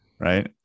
Right